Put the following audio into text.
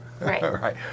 right